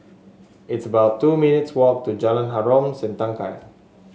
it's about two minutes' walk to Jalan Harom Setangkai